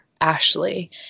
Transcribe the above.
Ashley